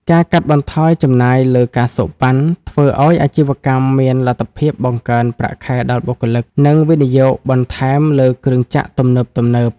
ការកាត់បន្ថយចំណាយលើ ការសូកប៉ាន់ ធ្វើឱ្យអាជីវកម្មមានលទ្ធភាពបង្កើនប្រាក់ខែដល់បុគ្គលិក និងវិនិយោគបន្ថែមលើគ្រឿងចក្រទំនើបៗ។